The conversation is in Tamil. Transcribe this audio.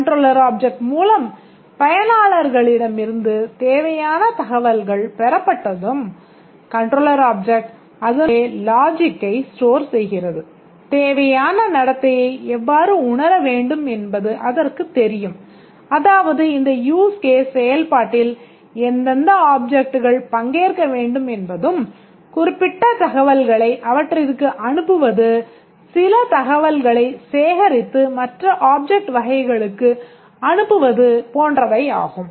Controller Object மூலம் பயனாளர்களிடம் இருந்து தேவையான தகவல்கள் பெறப்பட்டதும் controller object அதனுள்ளே லாஜிக்கை செயல்பாட்டில் எந்தந்த ஆப்ஜெக்ட்கள் பங்கேற்க வேண்டும் என்பதும் குறிப்பிட்ட தகவல்களை அவற்றிற்கு அனுப்புவது சில தகவல்களை சேகரித்து மற்ற Object வகைகளுக்கும் அனுப்புவது போன்றவை ஆகும்